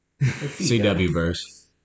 CW-verse